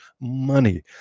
money